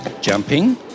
jumping